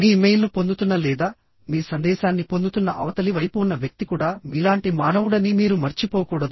మీ ఇమెయిల్ను పొందుతున్న లేదా మీ సందేశాన్ని పొందుతున్న అవతలి వైపు ఉన్న వ్యక్తి కూడా మీలాంటి మానవుడని మీరు మర్చిపోకూడదు